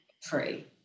free